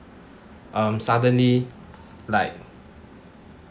um suddenly like